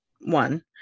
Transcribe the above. One